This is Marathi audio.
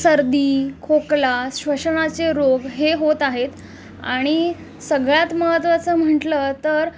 सर्दी खोकला श्वसनाचे रोग हे होत आहेत आणि सगळ्यात महत्त्वाचं म्हटलं तर